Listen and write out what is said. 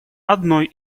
одной